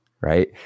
right